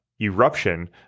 eruption